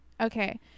Okay